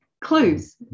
clues